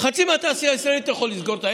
חצי מהתעשייה הישראלית אתה יכול לסגור אותה,